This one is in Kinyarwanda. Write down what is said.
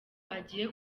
agiye